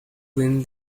win